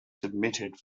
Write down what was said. submitted